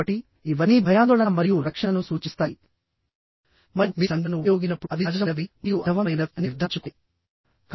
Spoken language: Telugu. కాబట్టిఇవన్నీ భయాందోళన మరియు రక్షణను సూచిస్తాయి మరియు మీరు సంజ్ఞలను ఉపయోగించినప్పుడు అవి సహజమైనవి మరియు అర్ధవంతమైనవి అని నిర్ధారించుకోండి